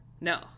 No